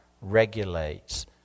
regulates